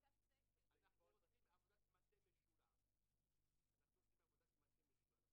משרד הבריאות מפעיל שילוב של אסטרטגיות.